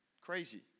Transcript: Crazy